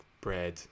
bread